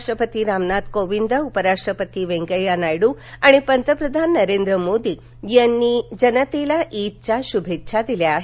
राष्ट्रपती रामनाथ कोविंद उपराष्ट्रपती वेंकय्या नायडु आणि पंतप्रधान नरेंद्र मोदी यांनी ईदच्या शूभेच्छा दिल्या आहेत